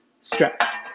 stress